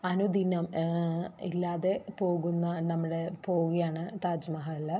അനുദിനം ഇല്ലാതെ പോകുന്ന നമ്മുടെ പോകുകയാണ് താജ് മഹൽ